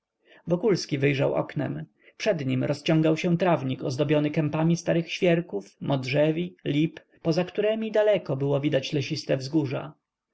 wokulski wyjrzał oknem przed nim rozciągał się trawnik ozdobiony kępami starych świerków modrzewi lip poza któremi daleko było widać lesiste wzgórza